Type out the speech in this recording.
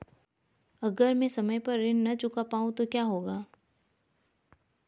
अगर म ैं समय पर ऋण न चुका पाउँ तो क्या होगा?